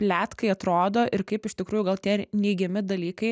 pletkai atrodo ir kaip iš tikrųjų gal tie ir neigiami dalykai